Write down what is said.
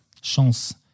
Chance